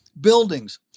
buildings